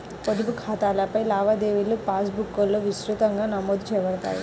పొదుపు ఖాతాలపై లావాదేవీలుపాస్ బుక్లో విస్తృతంగా నమోదు చేయబడతాయి